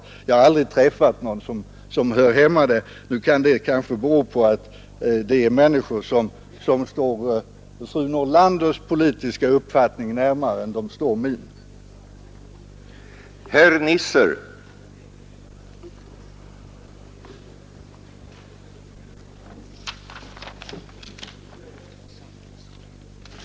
Jag har dock aldrig träffat någon som hör hemma där — det kanske beror på att de människorna lär stå närmare fru Nordlanders politiska uppfattning än min.